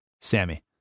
Sammy